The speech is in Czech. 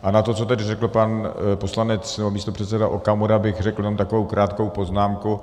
A na to, co tady řekl pan poslanec, nebo místopředseda Okamura, bych řekl jenom takovou krátkou poznámku.